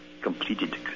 completed